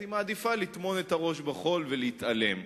אז היא מעדיפה לטמון את הראש בחול ולהתעלם.